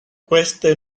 queste